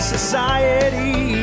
Society